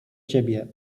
ciebie